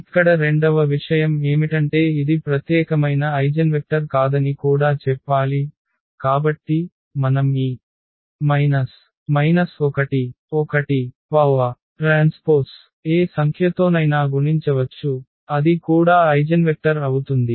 ఇక్కడ రెండవ విషయం ఏమిటంటే ఇది ప్రత్యేకమైన ఐగెన్వెక్టర్ కాదని కూడా చెప్పాలి కాబట్టి మనం ఈ 1 1T ఏ సంఖ్యతోనైనా గుణించవచ్చు అది కూడా ఐగెన్వెక్టర్ అవుతుంది